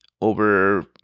Over